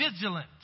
vigilant